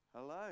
Hello